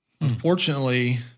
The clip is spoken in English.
Unfortunately